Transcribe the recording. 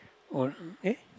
oh eh